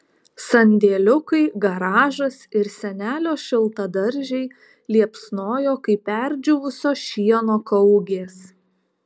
sandėliukai garažas ir senelio šiltadaržiai liepsnojo kaip perdžiūvusio šieno kaugės